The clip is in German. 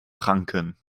pranken